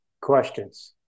questions